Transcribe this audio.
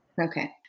okay